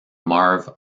marv